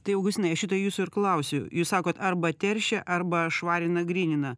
tai augustinai aš šito jūsų ir klausiu jūs sakot arba teršia arba švarina grynina